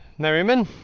merriman,